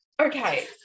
okay